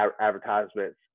advertisements